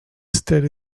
state